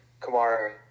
Kamara